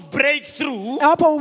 breakthrough